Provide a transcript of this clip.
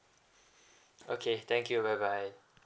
okay thank you bye bye